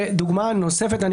דוגמה נוספת לשאלה,